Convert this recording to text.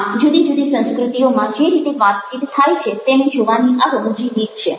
આમ જુદી જુદી સંસ્કૃતિઓમાં જે રીતે વાતચીત થાય છે તેને જોવાની આ રમૂજી રીતે છે